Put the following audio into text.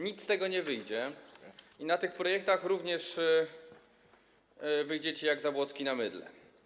Nic z tego nie wyjdzie, na tych projektach również wyjdziecie jak Zabłocki na mydle.